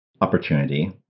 opportunity